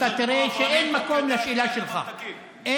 ואתה תראה שאין מקום לשאלה שלך.